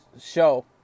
show